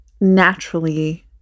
naturally